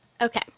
Okay